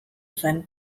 zen